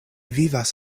vivas